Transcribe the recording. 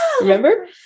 remember